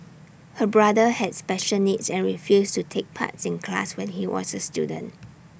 her brother had special needs and refused to take parts in class when he was A student